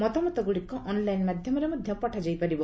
ମତାମତଗୁଡ଼ିକୁ online ମାଧ୍ୟମରେ ମଧ୍ୟ ପଠାଯାଇ ପାରିବ